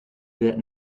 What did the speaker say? wird